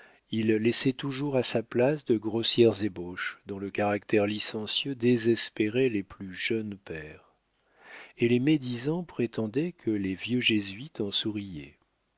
il laissait toujours à sa place de grossières ébauches dont le caractère licencieux désespérait les plus jeunes pères et les médisants prétendaient que les vieux jésuites en souriaient